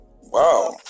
Wow